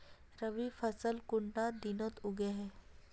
रवि फसल कुंडा दिनोत उगैहे?